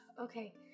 Okay